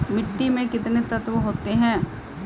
मिट्टी में कितने तत्व होते हैं?